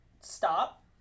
stop